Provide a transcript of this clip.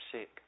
sick